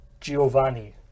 Giovanni